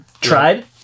Tried